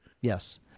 yes